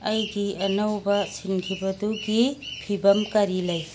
ꯑꯩꯒꯤ ꯑꯅꯧꯕ ꯁꯤꯟꯈꯤꯕꯗꯨꯒꯤ ꯐꯤꯕꯝ ꯀꯔꯤ ꯂꯩ